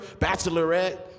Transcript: Bachelorette